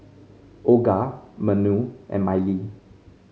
Olga Manuel and Mylie